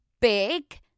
big